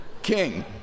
king